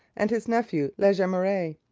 and his nephew la jemeraye.